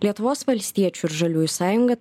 lietuvos valstiečių ir žaliųjų sąjunga